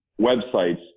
websites